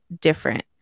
different